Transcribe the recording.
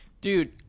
Dude